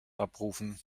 abrufen